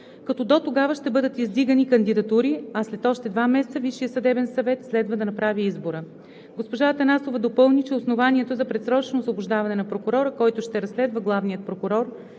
като дотогава ще бъдат издигани кандидатури, а след още два месеца Висшият съдебен съвет следва да направи избора. Госпожа Атанасова допълни, че основанието за предсрочно освобождаване на прокурора, който ще разследва главния прокурор,